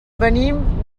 venim